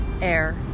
air